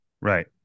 Right